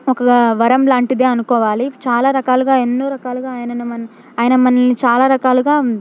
ఒక వరం లాంటిదే అనుకోవాలి చాలా రకాలుగా ఎన్నో రకాలుగా ఆయనను మ ఆయన మనల్ని చాలా రకాలుగా